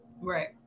Right